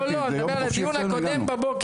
לא, אני מדבר על הדיון הקודם בבוקר.